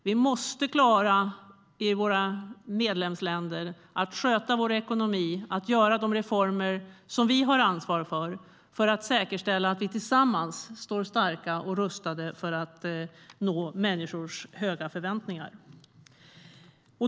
Vi måste i våra medlemsländer klara att sköta vår ekonomi och göra de reformer som vi har ansvar för och säkerställa att vi tillsammans står starka och rustade för att nå människors höga förväntningar.